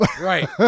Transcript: Right